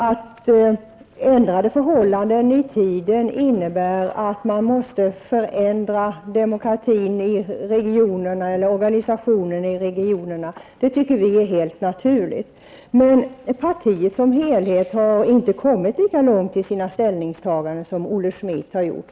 Att ändrade förhållanden i tiden innebär att man måste förändra organisationen i regionerna anser vi är helt naturligt. Men partiet i sin helhet har inte kommit lika långt i sitt ställningstagande som Olle Schmidt har gjort.